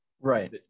Right